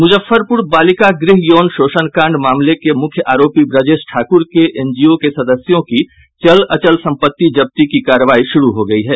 मुजफ्फरपूर बालिका गृह यौन शोषण कांड मामले के मुख्य आरोपी ब्रजेश ठाक्र के एनजीओ के सदस्यों की चल अचल संपत्ति जब्ती की कार्रवाई शुरू हो गयी है